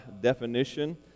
definition